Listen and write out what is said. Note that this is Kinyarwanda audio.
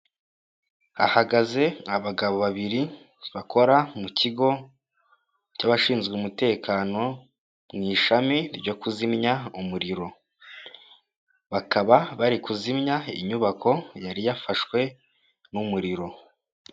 Hagaze abagabo babiri bakora mu kigo cy'abashinzwe umutekano mu ishami ryo kuzimya umuriro, bakaba bari kuzimya inyubako yari yafashwe n'umuriro.